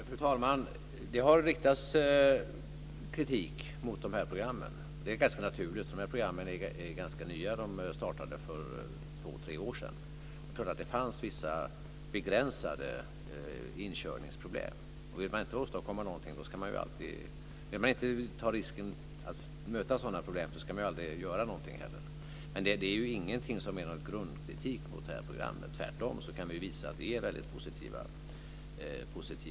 Fru talman! Det har riktats kritik mot de här programmen. Det är ganska naturligt. De här programmen är ganska nya. De startade för två tre år sedan. Det fanns vissa begränsade inkörningsproblem. Vill man inte ta risken att möta sådana problem, ska man aldrig göra någonting. Det är ingen grundkritik mot programmet. Vi kan tvärtom visa att det är väldigt positiva effekter.